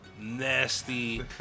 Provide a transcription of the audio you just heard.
nasty